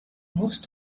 most